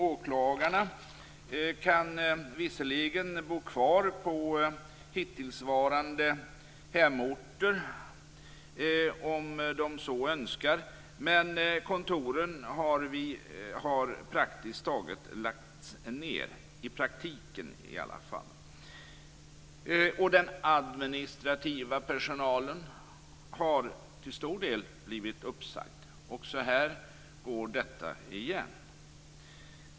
Åklagarna kan visserligen bo kvar på hittillsvarande hemorter om de så önskar, men kontoren har lagts ned - i alla fall i praktiken. En stor del av den administrativa personalen har sagts upp, också här går detta igen.